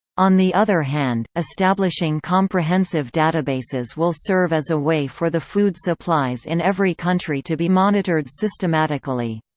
on the other hand, establishing comprehensive databases will serve as a way for the food supplies in every country to be monitored systematically.